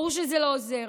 ברור שזה לא עוזר.